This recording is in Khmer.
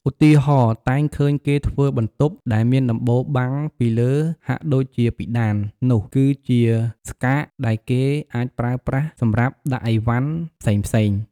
ឧទាហរណ៍ តែងឃើញគេធ្វើបន្ទប់ដែលមានដំបូលបាំងពីលើហាក់ដូចជាពិដាននោះ គឺជាស្កាកដែលគេអាចប្រើប្រាស់សម្រាប់ដាក់ឥវ៉ាន់ផ្សេងៗ ។